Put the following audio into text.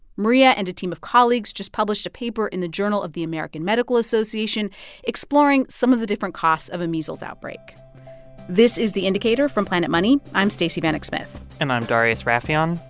maria and a team of colleagues just published a paper in the journal of the american medical association exploring some of the different costs of a measles outbreak this is the indicator from planet money. i'm stacey vanek smith and i'm darius rafieyan.